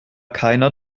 keiner